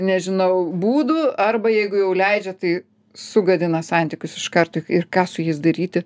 nežinau būdų arba jeigu jau leidžia tai sugadina santykius iš karto ir ką su jais daryti